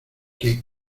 qué